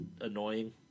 annoying